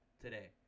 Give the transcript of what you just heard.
today